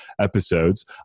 episodes